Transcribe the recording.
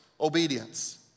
obedience